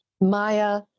Maya